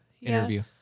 interview